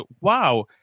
Wow